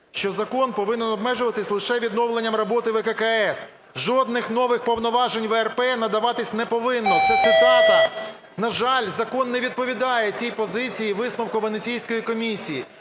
що закон повинен обмежуватись лише відновленням роботи ВККС, жодних нових повноважень ВРП надаватись не повинно. Це цитата. На жаль, закон не відповідає цій позиції і висновку Венеційської комісії.